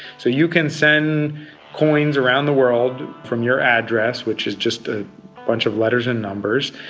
so you can send coins around the world from your address, which is just a bunch of letters and numbers,